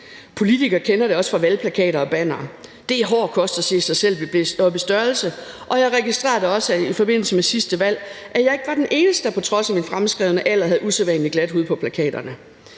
Politikere kender det også fra valgplakater og bannere. Det er hård kost at se sig selv blive blæst op i størrelse, og jeg registrerede da også i forbindelse med sidste valg, at jeg ikke var den eneste, der på trods af min fremskredne alder havde usædvanlig glat hud på plakaterne.